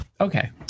okay